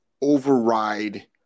override